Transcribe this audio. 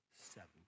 Seven